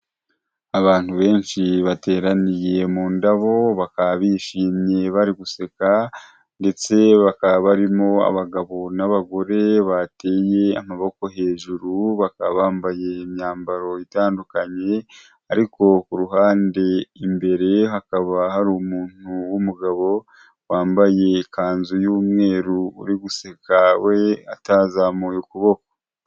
Abantu benshi bateraniye mu ndabo, bakaba bishimye bari guseka, ndetse bakaba barimo abagabo n'abagore bateye amaboko hejuru, baka bambaye imyambaro itandukanye, ariko ku ruhande imbere ye hakaba hari umuntu w'umugabo wambaye ikanzu y'umweru uri guseka we atazamuye ukuboko.